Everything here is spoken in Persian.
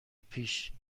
پیش